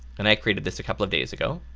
and i created this a couple of days ago.